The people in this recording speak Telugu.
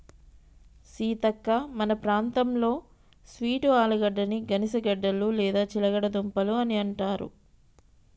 సీతక్క మన ప్రాంతంలో స్వీట్ ఆలుగడ్డని గనిసగడ్డలు లేదా చిలగడ దుంపలు అని అంటారు